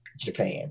Japan